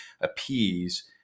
appease